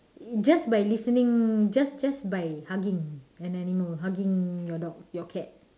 just by listening just just by hugging an animal hugging your dog your cat